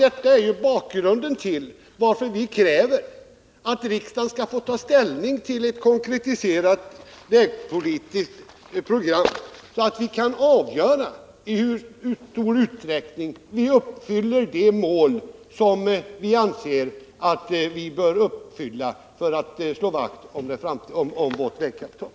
Detta är bakgrunden till att vi kräver att riksdagen skall få ta ställning till ett konkretiserat vägpolitiskt program, så att vi kan avgöra, i hur stor utsträckning vi uppfyller de mål som vi bör uppfylla för att slå vakt om vårt vägkapital.